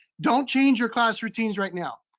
don't change your class routines right now.